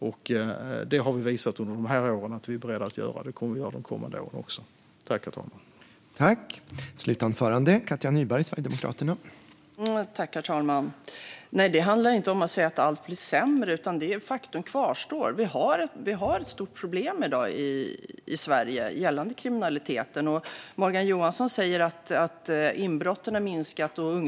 Under de här åren har vi visat att vi är beredda att göra detta, och vi kommer att göra det även under de kommande åren.